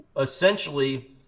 essentially